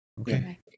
okay